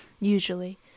usually